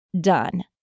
done